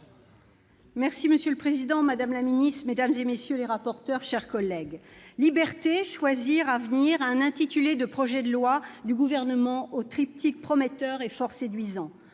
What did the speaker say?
Monsieur le président, madame la ministre, mesdames, messieurs les rapporteurs, mes chers collègues, liberté, choisir, avenir : l'intitulé du projet de loi du Gouvernement offre un triptyque prometteur et fort séduisant.